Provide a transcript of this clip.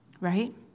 right